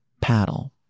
Paddle